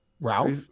Ralph